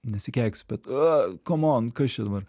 nesikeiksiu bet aaa komon kas čia dabar